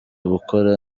gukora